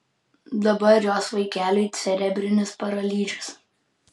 dabar jos vaikeliui cerebrinis paralyžius